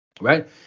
right